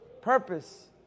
purpose